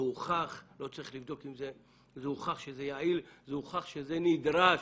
הוכח שזה יעיל, הוכח שזה נדרש,